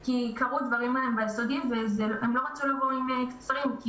כי קרו להן דברים ביסודי והן לא רצו לבוא עם מכנסיים קצרים כי